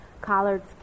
collards